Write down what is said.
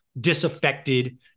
disaffected